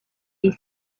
est